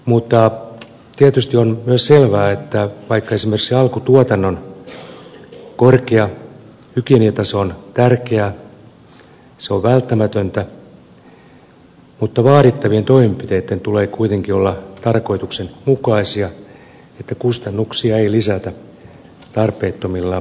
mutta tietysti on myös selvää että vaikka esimerkiksi alkutuotannon korkea hygieniataso on tärkeä se on välttämätön niin vaadittavien toimenpiteitten tulee kuitenkin olla tarkoituksenmukaisia niin että kustannuksia ei lisätä tarpeettomilla kohtuuttomilla vaatimuksilla